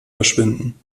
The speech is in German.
verschwinden